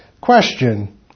Question